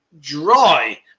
dry